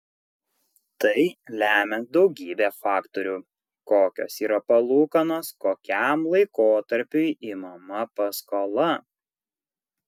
tai lemia daugybė faktorių kokios yra palūkanos kokiam laikotarpiui imama paskola